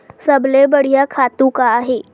सबले बढ़िया खातु का हे?